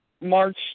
March